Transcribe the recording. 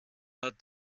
hat